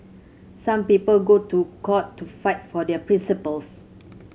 some people go to court to fight for their principles